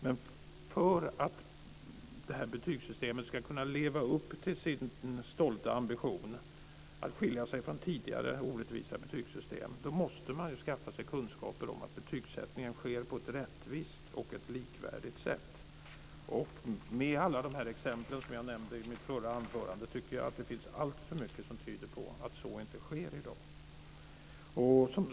Men för att detta betygssystem ska kunna leva upp till sin stolta ambition att skilja sig från tidigare orättvisa betygssystem måste man skaffa sig kunskaper om att betygssättningen sker på ett rättvist och likvärdigt sätt. Med tanke på alla de exempel jag nämnde i mitt förra inlägg tycker jag att det finns alltför mycket som tyder på att så inte sker i dag.